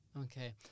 Okay